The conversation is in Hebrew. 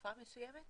לתקופה מסוימת?